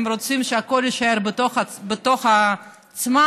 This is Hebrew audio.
הם רוצים שהכול יישאר בתוך עצמם,